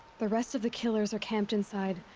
the rest of the killers are camped inside.